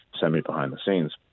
semi-behind-the-scenes